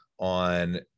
on